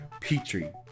Petri